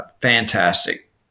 fantastic